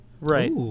Right